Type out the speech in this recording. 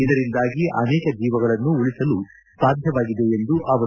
ಇದರಿಂದಾಗಿ ಅನೇಕ ಜೀವಗಳನ್ನು ಉಳಿಸಲು ಸಾಧ್ಯವಾಗಿದೆ ಎಂದರು